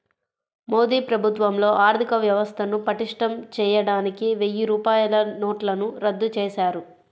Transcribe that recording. మోదీ ప్రభుత్వంలో ఆర్ధికవ్యవస్థను పటిష్టం చేయడానికి వెయ్యి రూపాయల నోట్లను రద్దు చేశారు